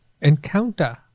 encounter